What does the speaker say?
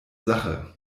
sache